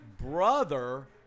brother